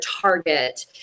target